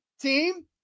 team